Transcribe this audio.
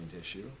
issue